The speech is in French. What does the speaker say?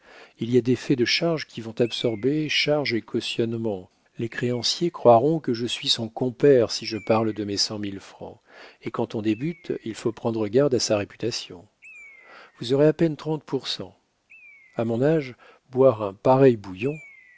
il y a des faits de charge qui vont absorber charge et cautionnement les créanciers croiront que je suis son compère si je parle de mes cent mille francs et quand on débute il faut prendre garde à sa réputation vous aurez à peine trente pour cent a mon âge boire un pareil bouillon